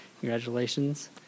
Congratulations